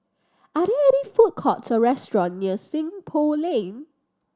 are they are they food courts or restaurant near Seng Poh Lane